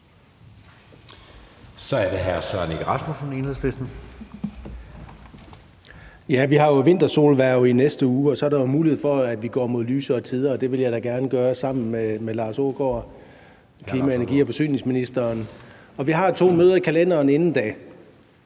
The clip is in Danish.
Kl. 13:50 Søren Egge Rasmussen (EL): Vi har vintersolhverv i næste uge, og så er der jo mulighed for, at vi går mod lysere tider. Det vil jeg da gerne gøre sammen med klima-, energi- og forsyningsministeren. Vi har to møder i kalenderen inden da,